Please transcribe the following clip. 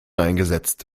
eingesetzt